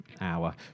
hour